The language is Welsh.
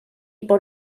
bod